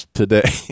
today